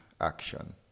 action